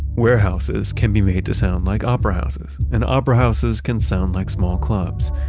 warehouses can be made to sound like opera houses, and opera houses can sound like small clubs.